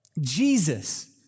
Jesus